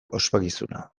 ospakizuna